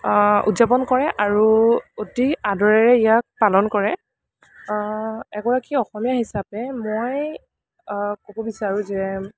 উদযাপন কৰে আৰু অতি আদৰেৰে ইয়াক পালন কৰে এগৰাকী অসমীয়া হিচাপে মই ক'ব বিচাৰো যে